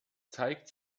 zeigt